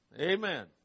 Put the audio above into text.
Amen